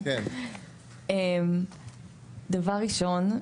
דבר ראשון,